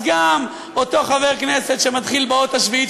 אז גם אותו חבר כנסת שמתחיל באות השביעית,